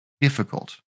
difficult